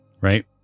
right